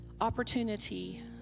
opportunity